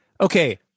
Okay